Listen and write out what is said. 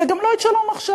וגם לא את "שלום עכשיו".